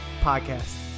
Podcast